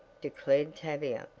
declared tavia.